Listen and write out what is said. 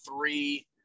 three